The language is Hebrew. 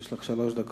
יש לך שלוש דקות.